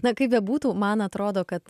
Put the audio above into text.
na kaip bebūtų man atrodo kad